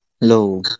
Hello